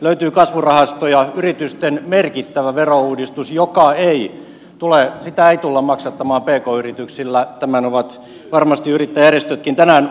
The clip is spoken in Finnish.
löytyy kasvurahastoja yritysten merkittävä verouudistus jota ei tulla maksattamaan pk yrityksillä tämän ovat varmasti yrittäjäjärjestötkin tänään huomanneet